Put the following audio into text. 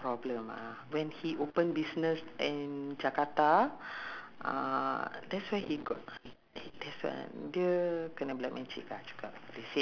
uh mix with lobster or you can have uh clams actually don't want with clams nice ah !wah! okay I confirm I want to call my children